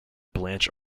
blanche